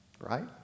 Right